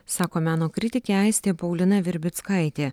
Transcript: sako meno kritikė aistė paulina virbickaitė